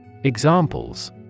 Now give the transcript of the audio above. Examples